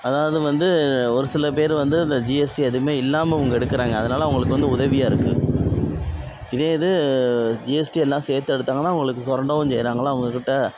அதாவது வந்து ஒரு சில பேர் வந்து இந்த ஜிஎஸ்டி எதுவுமே இல்லாம அவுங்க எடுக்குறாங்க அதுனால அவுங்களுக்கு வந்து உதவியா இருக்கு இதே இது ஜிஎஸ்டி எல்லாம் சேத்து எடுத்தாங்கனா அவுங்களுக்கு சுரண்டவும் செய்றாங்கள்ல அவுங்க கிட்ட